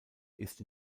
ist